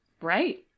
Right